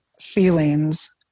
feelings